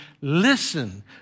listen